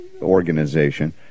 organization